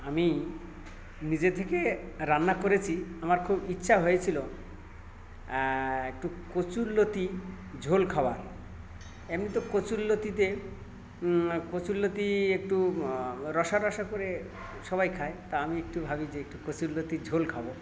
আমি নিজে থেকে রান্না করেছি আমার খুব ইচ্ছা হয়েছিল একটু কচুরলতি ঝোল খাওয়ার এমনি তো কচুরলতিতে কচুরলতি একটু রসা রসা করে সবাই খায় তা আমি একটু ভাবি যে একটু কচুরলতির ঝোল খাব